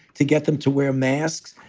to get them to wear masks,